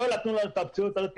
לא נתנו לנו את האפשרות הזאת,